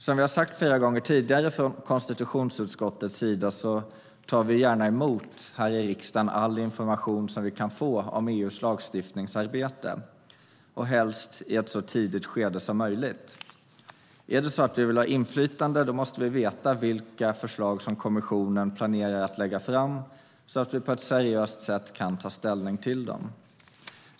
Som vi i konstitutionsutskottet har sagt flera gånger tidigare tar vi här i riksdagen gärna emot all information som vi kan få om EU:s lagstiftningsarbete, och helst i ett så tidigt skede som möjligt. Om vi vill ha inflytande måste vi veta vilka förslag som kommissionen planerar att lägga fram så att vi på ett seriöst sätt kan ta ställning till dem.